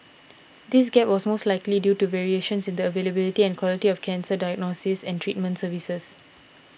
this gap was most likely due to variations in the availability and quality of cancer diagnosis and treatment services